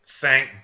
Thank